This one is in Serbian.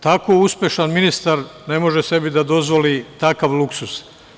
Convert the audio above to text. Tako uspešan ministar ne može sebi da dozvoli takav luksuz.